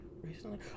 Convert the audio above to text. Recently